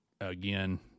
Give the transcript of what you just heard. again